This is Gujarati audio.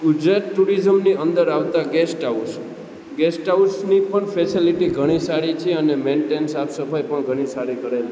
ગુજરાત ટુરિઝમની અંદર આવતા ગેસ્ટ હાઉસ ગેસ્ટ હાઉસની પણ ફેસેલીટી ઘણી સારી છે અને મેન્ટેન સાફ સફાઈ પણ ઘણી સારી કરે છે